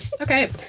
okay